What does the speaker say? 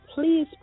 please